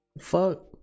Fuck